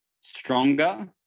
stronger